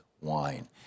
Wine